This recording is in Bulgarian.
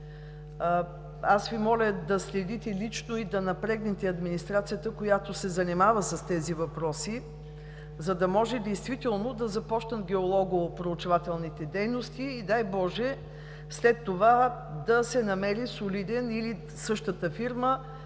Аз Ви моля да следите лично и да напрегнете администрацията, която се занимава с тези въпроси, за да може действително да започнат геологопроучвателните дейности и, дай боже, след това да се намери – или същата фирма,